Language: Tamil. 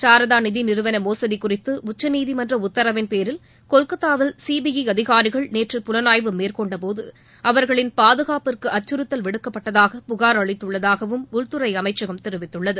சாரதா நிதி நிறுவன மோசடி குறித்து உச்சநீதிமன்ற உத்தரவின்பேரில் கொல்கத்தாவில் சிபிஐ அதிகாரிகள் நேற்று புலனாய்வு மேற்கொண்டபோது அவர்களின் பாதுகாப்பிற்கு அச்சறுத்தல் விடுக்கப்பட்டதாக புகார் அளித்துள்ளதாகவும் உள்துறை அமைச்சகம் தெரிவித்துள்ளது